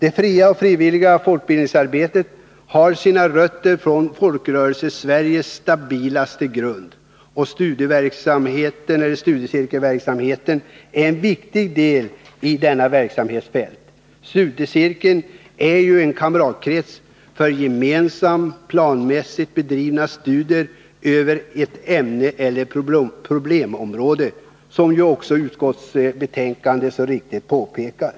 Det fria och frivilliga folkbildningsarbetet har sina rötter i Folkrörelsesveriges stabila grund, och studiecirkelverksamheten är en viktig del av detta verksamhetsfält. Studiecirkeln är ju en kamratkrets för gemensamma, planmässigt bedrivna studier över ett ämne eller ett problemområde, som utskottsbetänkandet så riktigt påpekar.